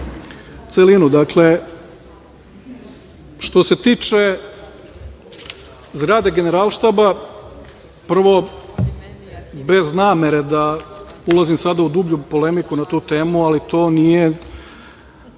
celinu. Dakle, što se tiče zgrade Generalštaba, prvo, bez namere da ulazim sada u u dublju polemiku na tu temu, ali to nije